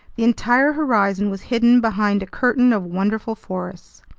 the entire horizon was hidden behind a curtain of wonderful forests.